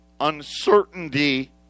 uncertainty